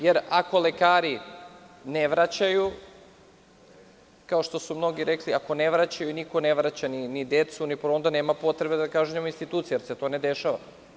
Jer, ako lekari ne vraćaju, kao što su mnogi rekli, niko ne vraća ni porodilje ni decu, onda nema potrebe da kažnjavamo institucije jer se to ne dešava.